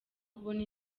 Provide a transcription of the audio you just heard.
kubona